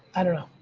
i don't know.